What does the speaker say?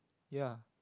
ya